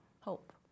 Hope